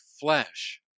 flesh